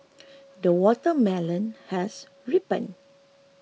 the watermelon has ripened